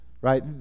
right